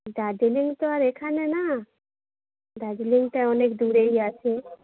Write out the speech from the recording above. দার্জিলিং তো আর এখানে না দার্জিলিংটা অনেক দূরেই আছে